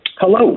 Hello